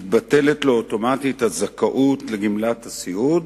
מתבטלת לו אוטומטית הזכאות לגמלת הסיעוד.